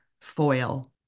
foil